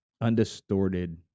undistorted